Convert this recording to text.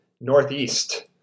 northeast